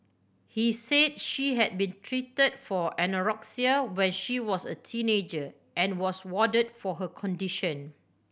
he said she had been treated for anorexia when she was a teenager and was warded for her condition